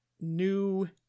new